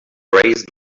raised